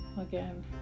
again